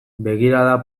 begirada